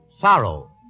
sorrow